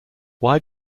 why